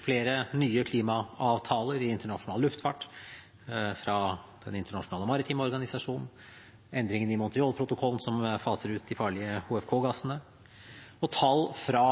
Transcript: Flere nye klimaavtaler i internasjonal luftfart fra Den internasjonale maritime organisasjonen, endringene i Montreal-protokollen, som faser ut de farlige HFK-gassene, og tall fra